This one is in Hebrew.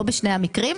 לא בשני המקרים,